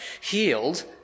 healed